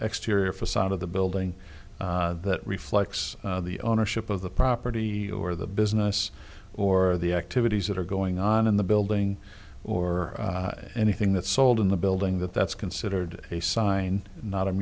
exterior facade of the building that reflects the ownership of the property or the business or the activities that are going on in the building or anything that's sold in the building that that's considered a sign not